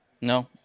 No